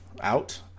out